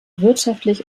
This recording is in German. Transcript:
wirtschaftlich